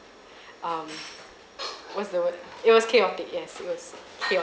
um what's the word it was chaotic yes it was chaotic